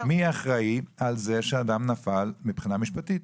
מי האחראי על זה שאדם נפל מבחינה משפטית?